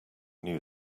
new